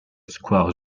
square